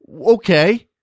Okay